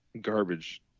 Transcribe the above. Garbage